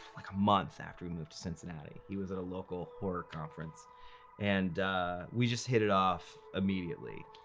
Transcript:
like a month after we moved to cincinnati. he was at a local horror conference and we just hit it off immediately.